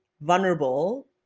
vulnerable